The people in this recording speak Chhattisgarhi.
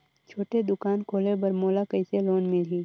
छोटे दुकान खोले बर मोला कइसे लोन मिलही?